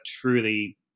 truly